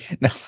no